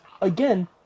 again